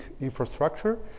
infrastructure